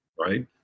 right